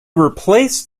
replaced